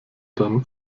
dann